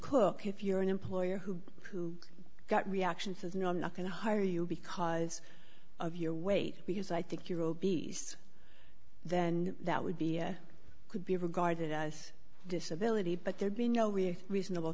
cook if you're an employer who who got reaction says no i'm not going to hire you because of your weight because i think you're obese then that would be could be regarded as a disability but there'd be no with reasonable